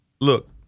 look